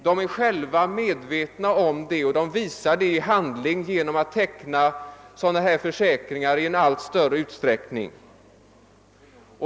Dessa är själva medvetna om det, och de visar det i handling genom att teckna sådana försäkringar i allt större utsträckning.